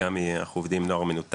וגם אנחנו עובדים עם נוער מנותק.